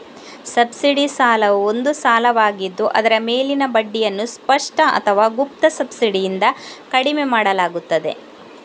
subsidy ಸಾಲವು ಒಂದು ಸಾಲವಾಗಿದ್ದು ಅದರ ಮೇಲಿನ ಬಡ್ಡಿಯನ್ನು ಸ್ಪಷ್ಟ ಅಥವಾ ಗುಪ್ತ ಸಬ್ಸಿಡಿಯಿಂದ ಕಡಿಮೆ ಮಾಡಲಾಗುತ್ತದೆ